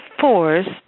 forced